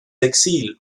exil